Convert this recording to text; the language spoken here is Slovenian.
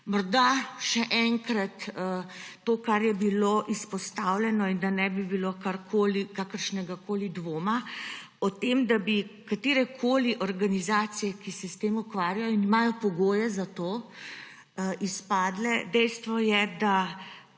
Morda še enkrat to, kar je bilo izpostavljeno, in da ne bi bilo kakršnegakoli dvoma o tem, da bi katerekoli organizacije, ki se s tem ukvarjajo in imajo pogoje za to, izpadle. Dejstvo je, da